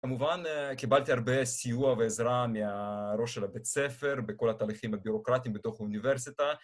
‫כמובן, קיבלתי הרבה סיוע ועזרה ‫מהראש של הבית הספר ‫בכל התהליכים הבירוקרטיים ‫בתוך האוניברסיטה.